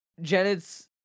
Janet's